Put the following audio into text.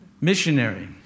missionary